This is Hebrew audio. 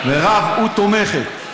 מרב, הוא תומכת.